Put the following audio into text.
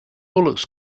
looks